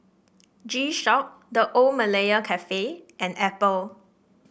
G Shock The Old Malaya Cafe and Apple